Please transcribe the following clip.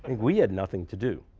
we had nothing to do.